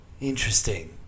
Interesting